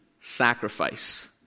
sacrifice